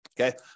okay